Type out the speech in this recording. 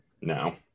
No